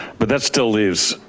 but that still leaves,